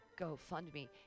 GoFundMe